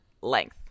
length